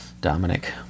Dominic